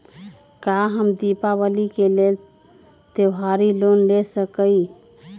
का हम दीपावली के लेल त्योहारी लोन ले सकई?